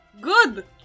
Good